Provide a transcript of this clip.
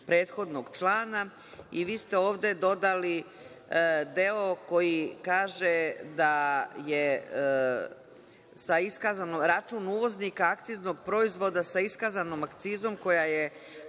prethodnog člana i vi ste ovde dodali deo koji kaže da je – račun uvoznika akciznog proizvoda sa iskazanom akcizom koja je